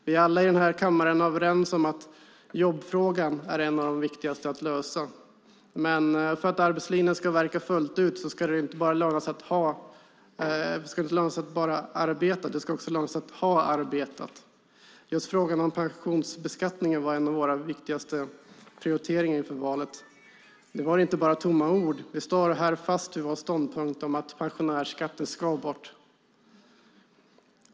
Vi är alla i den här kammaren överens om att jobbfrågan är en av de viktigaste att lösa. Men för att arbetslinjen ska verka fullt ut ska det inte bara löna sig att arbeta, det ska också löna sig att ha arbetat. Just frågan om pensionsbeskattningen var en av våra viktigaste prioriteringar inför valet. Det var inte bara tomma ord. Vi står fast vid vår ståndpunkt om att pensionsskatten ska bort.